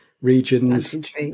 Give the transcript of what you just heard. regions